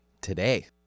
today